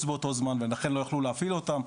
באותו זמן ולכן לא יוכלו להפעיל אותן,